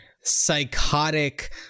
psychotic